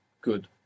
Good